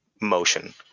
motion